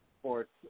sports